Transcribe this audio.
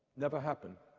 never happened.